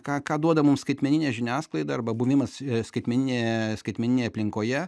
ką ką duoda mums skaitmeninė žiniasklaida arba buvimas skaitmeninėje skaitmeninėje aplinkoje